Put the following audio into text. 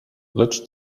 lecz